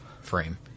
frame